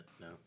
no